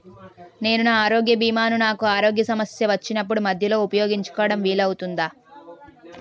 నేను నా ఆరోగ్య భీమా ను నాకు ఆరోగ్య సమస్య వచ్చినప్పుడు మధ్యలో ఉపయోగించడం వీలు అవుతుందా?